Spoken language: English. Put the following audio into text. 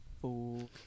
four